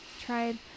Tried